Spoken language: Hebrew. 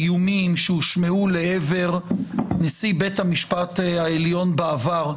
האיומים שהושמעו לעבר נשיא בית המשפט העליון בעבר,